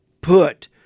put